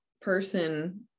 person